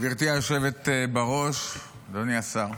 גברתי היושבת בראש, אדוני השר,